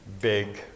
big